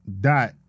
Dot